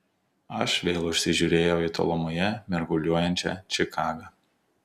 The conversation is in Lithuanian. aš vėl užsižiūrėjau į tolumoje mirguliuojančią čikagą